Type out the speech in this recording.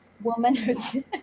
womanhood